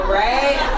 right